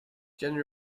jenny